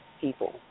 people